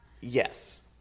Yes